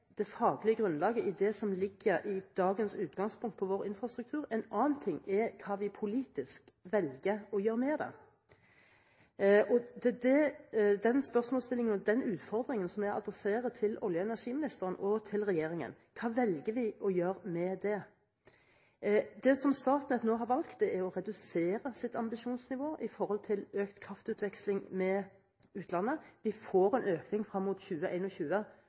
hva vi politisk velger å gjøre med det. Det er den spørsmålsstillingen, den utfordringen, vi adresserer til olje- og energiministeren og til regjeringen: Hva velger vi å gjøre med det? Det Statnett nå har valgt, er å redusere sitt ambisjonsnivå i forhold til økt kraftutveksling med utlandet. Vi får en økning frem mot